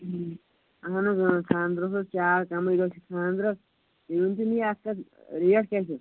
اَہَن حٲز آ خانٛدرَس اوس چار کَمٕے دۄہ چھِ خانٛدرَس یہٕ ؤنۍ تو مےٚ اَکھ کَتھ ریٹ کیاہ چھےٛ